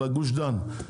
על גוש דן,